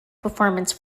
performance